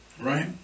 Right